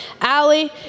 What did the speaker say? Allie